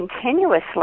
continuously